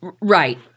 Right